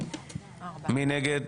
מי נגד?